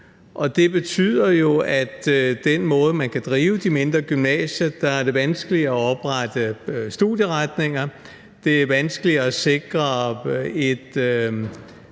Det betyder jo, at det på den måde, som man kan drive de mindre gymnasier på, er vanskeligere at oprette studieretninger, og at det er vanskeligere at sikre et